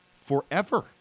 forever